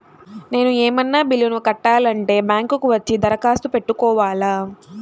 నేను ఏమన్నా బిల్లును కట్టాలి అంటే బ్యాంకు కు వచ్చి దరఖాస్తు పెట్టుకోవాలా?